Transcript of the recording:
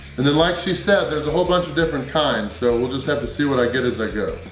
and then like she said there's a whole bunch of different kind so we'll just have to see what i get is i go